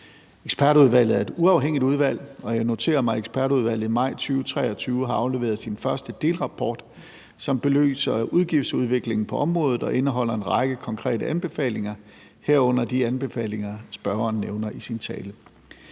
Ekspertudvalget er et uafhængigt udvalg, og jeg noterer mig, at ekspertudvalget i maj 2023 har afleveret sin første delrapport, som belyser udgiftsudviklingen på området og indeholder en række konkrete anbefalinger, herunder de anbefalinger, som spørgeren nævner i sin tale.